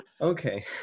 Okay